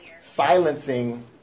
silencing